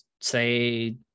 say